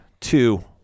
two